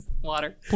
water